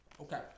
Okay